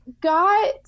got